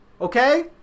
Okay